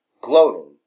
gloating